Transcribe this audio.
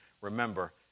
Remember